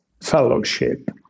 fellowship